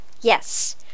Yes